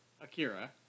akira